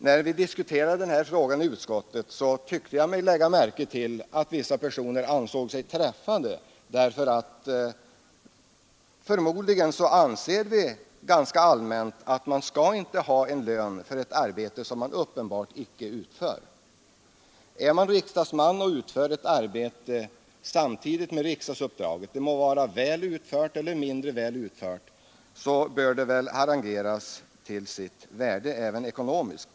När vi diskuterade frågan i utskottet, tyckte jag mig lägga märke till att vissa personer ansåg sig träffade därför att det förmodligen ganska allmänt anses att man inte skall ha lön för ett arbete, som man uppenbart inte utför. Är man riksdagsman och utför ett arbete samtidigt med riksdagsuppdraget — det må vara väl utfört eller mindre väl utfört — bör det avlönas till sitt värde även ekonomiskt.